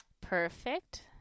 Perfect